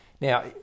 Now